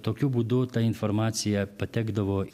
tokiu būdu ta informacija patekdavo